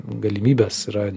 galimybės yra